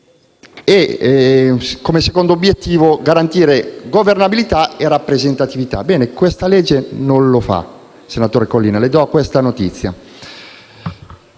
e, come secondo obiettivo, garantire governabilità e rappresentatività. Questa legge non lo fa, senatore Collina, le do questa notizia.